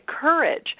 courage